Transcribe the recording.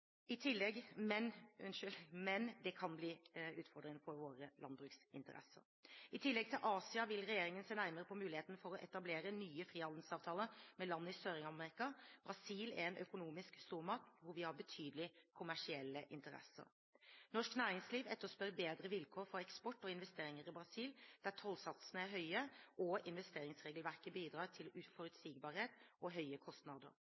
I tillegg til Asia vil regjeringen se nærmere på muligheten for å etablere nye frihandelsavtaler med land i Sør-Amerika. Brasil er en økonomisk stormakt hvor vi har betydelige kommersielle interesser. Norsk næringsliv etterspør bedre vilkår for eksport og investeringer i Brasil, der tollsatsene er høye og investeringsregelverket bidrar til uforutsigbarhet og høye kostnader.